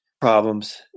problems